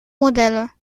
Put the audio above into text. modelle